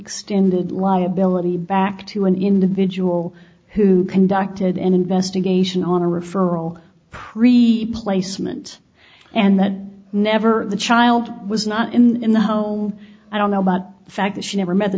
extended liability back to an individual who conducted an investigation on a referral pre placed mint and that never the child was not in the home i don't know but the fact that she never met the